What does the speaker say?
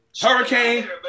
Hurricane